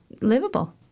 livable